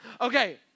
Okay